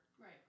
right